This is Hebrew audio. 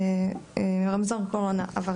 רמזור קורונה.